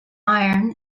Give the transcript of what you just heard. iron